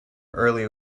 early